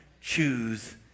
choose